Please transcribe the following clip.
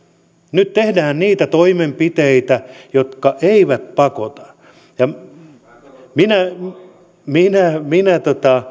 nyt tehdään niitä toimenpiteitä jotka eivät pakota minä minä